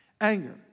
Anger